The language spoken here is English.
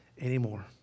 anymore